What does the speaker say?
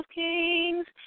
kings